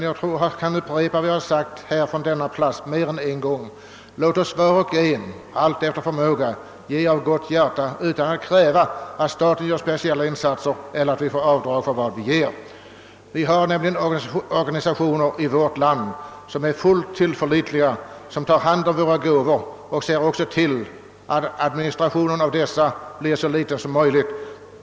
Jag kan upprepa vad jag har sagt mer än en gång: Låt oss var och en efter förmåga ge av gott hjärta utan att kräva att staten gör någon speciell insats eller att vi får avdrag för vad vi ger! Det finns nämligen fullt tillförlitliga organisationer i vårt land som tar hand om gåvor och ser till att administrationen blir så liten som möjligt.